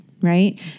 right